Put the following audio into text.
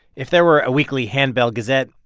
if there were a weekly handbell gazette,